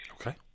Okay